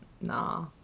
Nah